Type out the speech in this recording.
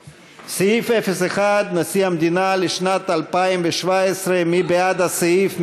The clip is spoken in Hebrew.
סעיף 01, נשיא המדינה, לשנת 2017, מי בעד הסעיף?